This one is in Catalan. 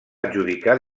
adjudicar